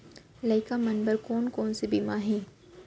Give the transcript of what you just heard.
लइका मन बर कोन कोन से बीमा हे?